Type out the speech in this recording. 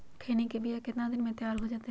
खैनी के बिया कितना दिन मे तैयार हो जताइए?